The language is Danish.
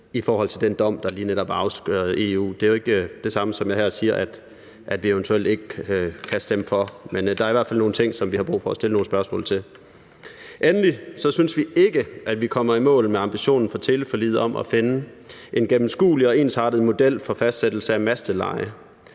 i forhold til den dom, der lige netop er afsagt i EU. Det er jo ikke det samme, som at jeg her siger, at vi eventuelt ikke kan stemme for. Men der er i hvert fald nogle ting, som vi har brug for at stille nogle spørgsmål til. Endelig synes vi ikke, at vi kommer i mål med ambitionen fra teleforliget om at finde en gennemskuelig og ensartet model for fastsættelse af masteleje.